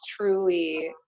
truly